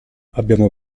abbiamo